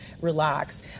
relax